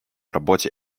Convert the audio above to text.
работе